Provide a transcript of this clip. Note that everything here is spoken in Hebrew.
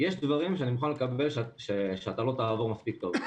יש דברים שאני מוכן לקבל שאתה לא תעבור מספיק טוב.